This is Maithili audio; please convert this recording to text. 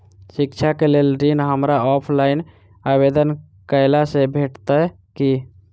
शिक्षा केँ लेल ऋण, हमरा ऑफलाइन आवेदन कैला सँ भेटतय की?